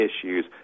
issues